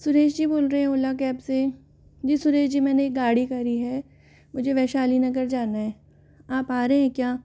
सुरेश जी बोल रहे हैं ओला कैब से जी सुरेश जी मैंने एक गाड़ी करी है मुझे वैशाली नगर जाना है आप आ रहे हैं क्या